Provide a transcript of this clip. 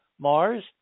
Mars